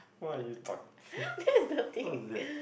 what are you talk~ what's that